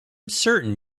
certain